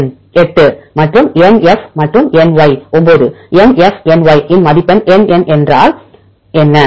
என் 8 மற்றும் NF மற்றும் NY 9 NF NY இன் மதிப்பெண் NN என்றால் என்ன